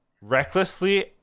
recklessly